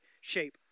shape